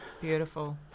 Beautiful